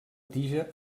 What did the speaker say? tija